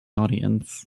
audience